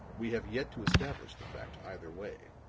we have yet to establish the fact either way.